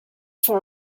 for